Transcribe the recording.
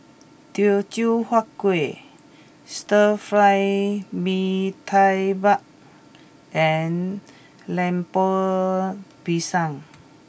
Teochew Huat Kuih Stir Fried Mee Tai Mak and Lemper Pisang